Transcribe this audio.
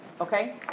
okay